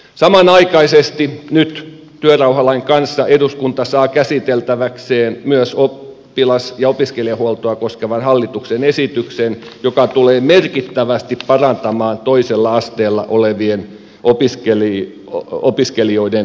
samanaikaisesti nyt työrauhalain kanssa eduskunta saa käsiteltäväkseen myös oppilas ja opiskelijahuoltoa koskevan hallituksen esityksen joka tulee merkittävästi parantamaan toisella asteella olevien opiskelijoiden terveyspalveluja